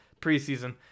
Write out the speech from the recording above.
preseason